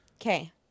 Okay